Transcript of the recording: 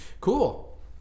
Cool